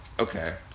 okay